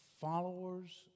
Followers